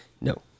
No